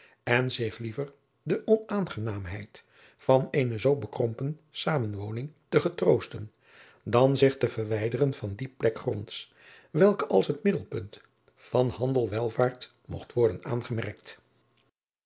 en zich liever de onaangenaamheid van eene zoo bekrompen zamenwoning te getroosten dan zich te verwijderen van die plek gronds welke als het middelpunt van handelwelvaart mogt worden aangemerkt